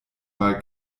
mal